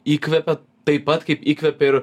įkvepia taip pat kaip įkvepia ir